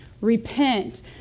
Repent